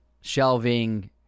shelving